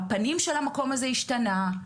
הפנים של המקום הזה השתנו,